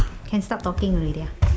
can start talking already ah